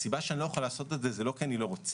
הסיבה שאני לא יכול לעשות את זה היא לא כי אני לא רוצה,